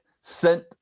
sent